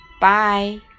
Bye